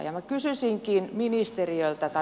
minä kysyisinkin ministeriltä